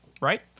right